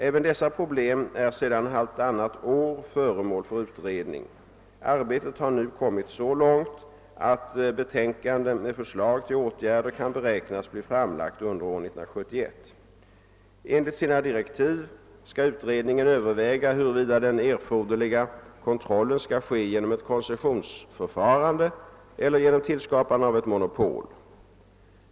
Även dessa problem är sedan halvtannat år föremål för utredning. Arbetet har nu kommit så långt att betänkande med förslag till åtgärder kan beräknas bli framlagt under år 1971. Enligt sina direktiv skall utredningen överväga huruvida den erforderliga kontrollen skall ske genom ett koncessionsförförande eller genom tillskapande av ett monopol.